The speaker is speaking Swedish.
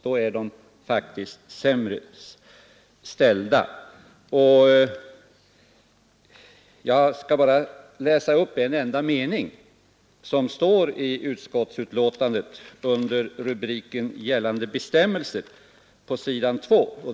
De är faktiskt sämre ställda. Jag skall läsa upp en enda mening, som står på s. 2 i utskottsbetänkandet, under rubriken Gällande bestämmelser.